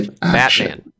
Batman